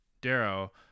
Darrow